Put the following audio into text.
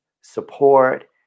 support